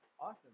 Awesome